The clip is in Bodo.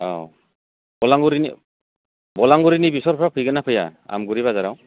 औ बलांगुरिनि बलांगुरिनि बेसरफ्रा फैगोन ना फैया आमगुरि बाजाराव